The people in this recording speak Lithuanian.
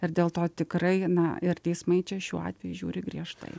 ir dėl to tikrai na ir teismai čia šiuo atveju žiūri griežtai